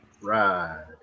Right